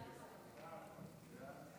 ההצעה להעביר את